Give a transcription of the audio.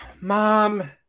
Mom